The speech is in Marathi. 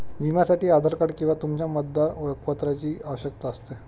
विम्यासाठी आधार कार्ड किंवा तुमच्या मतदार ओळखपत्राची आवश्यकता असते